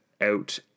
out